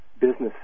businesses